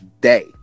day